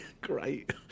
great